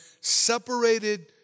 separated